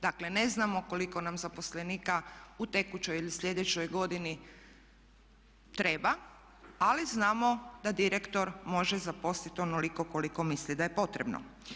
Dakle ne znamo koliko nam zaposlenika u tekućoj ili sljedećoj godini treba ali znamo da direktor može zaposliti onoliko koliko misli da je potrebno.